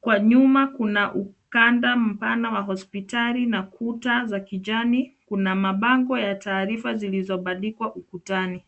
Kwa nyuma kuna ukanda mpana wa hospitali na kuta za kijani, kuna mabango ya taarifa zilizobandikwa ukutani.